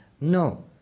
No